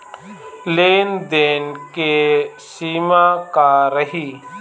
लेन देन के सिमा का रही?